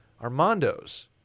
Armando's